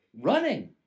running